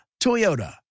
Toyota